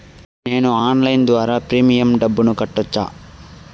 నేను ఆన్లైన్ ద్వారా ప్రీమియం డబ్బును కట్టొచ్చా?